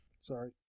Sorry